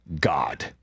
god